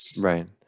Right